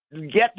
get